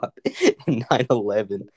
9-11